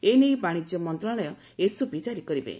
ଏନେଇ ବାଣିଜ୍ୟ ମନ୍ତଶାଳୟ ଏସ୍ଓପି ଜାରି କରିବେ